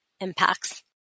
impacts